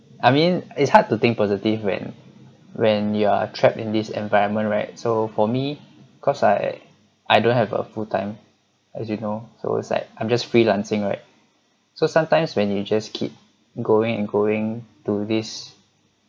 I mean it's hard to think positive when when you are trapped in this environment right so for me cause I I don't have a full time as you know so it's like I'm just freelancing right so sometimes when you just keep going and going to this